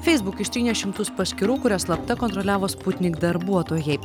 facebook ištrynė šimtus paskyrų kurias slapta kontroliavo sputnik darbuotojai